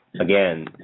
again